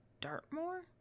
Dartmoor